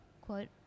quote